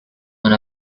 one